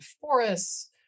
forests